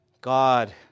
God